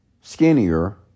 skinnier